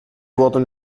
wurden